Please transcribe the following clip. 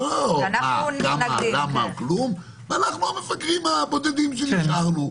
ואנחנו המפגרים הבודדים שנשארנו.